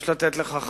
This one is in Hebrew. יש לתת לכך עדיפות.